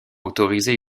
autorisé